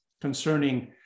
concerning